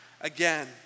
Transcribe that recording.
again